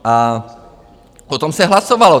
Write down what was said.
O tom se hlasovalo.